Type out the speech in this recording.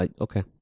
Okay